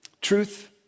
Truth